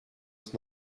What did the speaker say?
ist